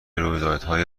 رویدادهای